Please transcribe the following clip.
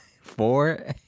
Four